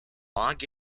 log